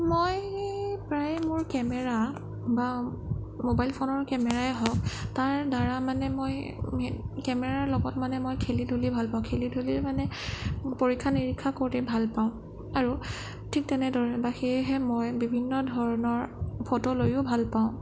মই প্ৰায়ে মোৰ কেমেৰা বা মোবাইল ফোনৰ কেমেৰাই হওঁক তাৰদ্বাৰা মানে মই কেমেৰাৰ লগত মানে মই খেলি ধূলি ভাল পাওঁ খেলি ধূলি মানে পৰীক্ষা নিৰীক্ষা কৰি ভাল পাওঁ আৰু ঠিক তেনেদৰে বা সেয়েহে মই বিভিন্ন ধৰণৰ ফটো লৈও ভাল পাওঁ